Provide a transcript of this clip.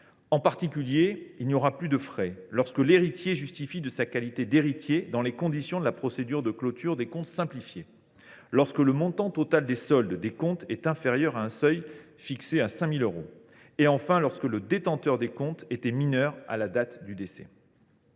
En particulier, il n’y aura plus de frais lorsque l’héritier justifiera de sa qualité d’héritier dans les conditions de la procédure de clôture des comptes simplifiée ; lorsque le montant total des soldes des comptes sera inférieur à un seuil fixé à 5 000 euros ; et enfin lorsque le détenteur des comptes est mineur à la date du décès.